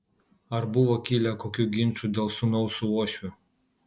ar buvo kilę kokių ginčų dėl sūnaus su uošviu